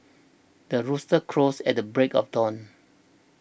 the rooster crows at the break of dawn